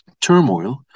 turmoil